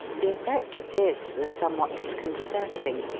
the effect of this was somewhat disconcerting.